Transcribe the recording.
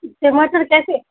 ٹماٹر کیسے